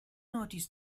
notice